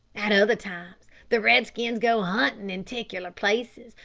at other times the red-skins go huntin' in ticlar places,